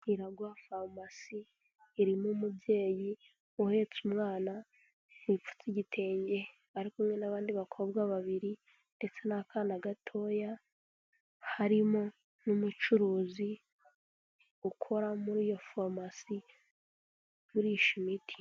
iragwa farumasi irimo umubyeyi uhetse umwana wipfutse igitenge ari kumwe n'abandi bakobwa babiri ndetse n'akana gatoya harimo n'umucuruzi ukora muri iyo farumasi igurisha imiti.